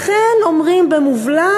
לכן אומרים במובלע,